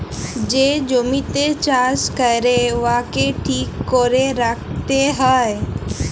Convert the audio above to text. যে জমিতে চাষ ক্যরে উয়াকে ঠিক ক্যরে রাইখতে হ্যয়